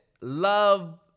love